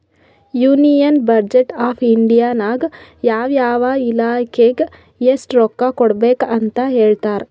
union budget of India ನಾಗ್ ಯಾವ ಯಾವ ಇಲಾಖೆಗ್ ಎಸ್ಟ್ ರೊಕ್ಕಾ ಕೊಡ್ಬೇಕ್ ಅಂತ್ ಹೇಳ್ತಾರ್